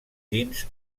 dins